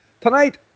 Tonight